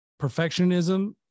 perfectionism